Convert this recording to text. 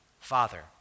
Father